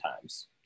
times